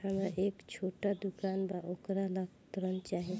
हमरा एक छोटा दुकान बा वोकरा ला ऋण चाही?